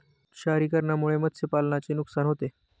क्षारीकरणामुळे मत्स्यपालनाचे नुकसान होते